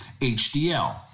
HDL